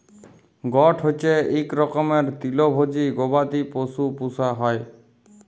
goat হচ্যে ইক রকমের তৃলভজী গবাদি পশু পূষা হ্যয়